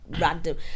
random